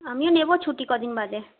আমিও নেবো ছুটি কদিন বাদে